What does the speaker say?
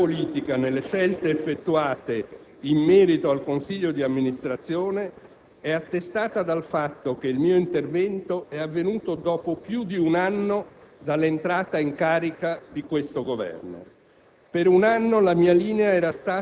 L'assenza di finalità politica nelle scelte effettuate in merito al Consiglio di amministrazione è attestata dal fatto che il mio intervento è avvenuto dopo più di un anno dall'entrata in carica di questo Governo.